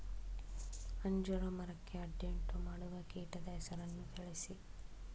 ಅಂಜೂರ ಮರಕ್ಕೆ ಅಡ್ಡಿಯುಂಟುಮಾಡುವ ಕೀಟದ ಹೆಸರನ್ನು ತಿಳಿಸಿ?